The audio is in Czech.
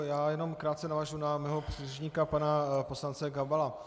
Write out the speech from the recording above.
Já jenom krátce navážu na svého předřečníka pana poslance Gabala.